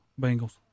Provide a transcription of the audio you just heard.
Bengals